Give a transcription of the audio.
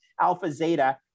AlphaZeta